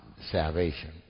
salvation